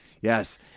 Yes